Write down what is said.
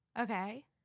Okay